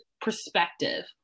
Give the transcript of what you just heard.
perspective